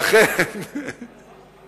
לכן